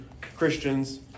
Christians